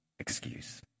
excuse